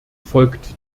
folgt